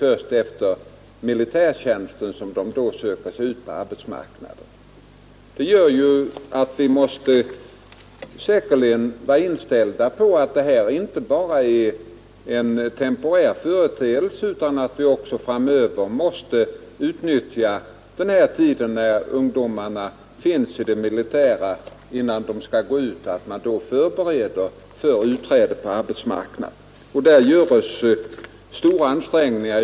Först sedan de fullgjort sin värnpliktsutbildning söker de sig ut på arbetsmarknaden. Vi måste vara inställda på att detta inte bara är en temporär företeelse, utan att vi också framöver måste utnyttja den tid ungdomarna finns i det militära för att förbereda dem för deras inplacering på arbetsmarknaden. Därvidlag gör man stora ansträngningar.